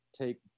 take